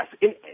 yes